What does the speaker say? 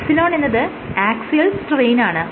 ഇവിടെ ε എന്നത് ആക്സിയൽ സ്ട്രെയിനാണ്